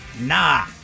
nah